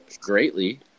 greatly